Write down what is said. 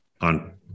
on